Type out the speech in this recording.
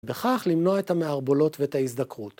וכך למנוע את המערבולות ואת ההזדקרות.